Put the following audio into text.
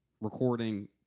recording